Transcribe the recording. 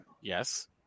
Yes